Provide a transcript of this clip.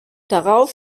darauf